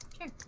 Sure